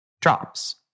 drops